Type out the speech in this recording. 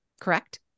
correct